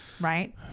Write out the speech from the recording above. Right